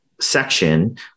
section